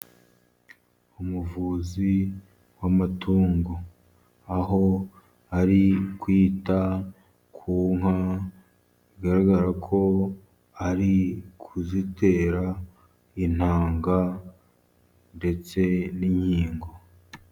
Umuvuzi w'amatungo, aho ari kwita ku nka, bigaragara ko ari ukuzitera intanga, ndetse n'inkingo.